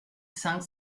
cinq